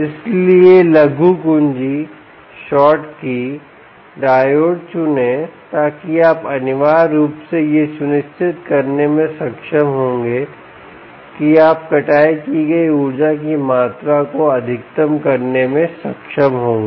इसलिए लघु कुंजी डायोड चुनें ताकि आप अनिवार्य रूप से यह सुनिश्चित करने में सक्षम होंगे कि आप कटाई की गई ऊर्जा की मात्रा को अधिकतम करने में सक्षम होंगे